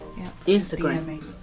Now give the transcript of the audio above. Instagram